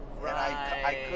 Right